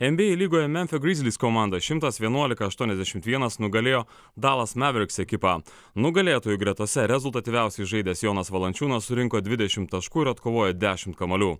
nba lygoje memfio grizlis komanda šimtas vienuolika aštuoniasdešimt vienas nugalėjo dalas maveriks ekipą nugalėtojų gretose rezultatyviausiai žaidęs jonas valančiūnas surinko dvidešim taškų ir atkovojo dešimt kamuolių